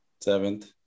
seventh